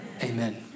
amen